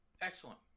Excellent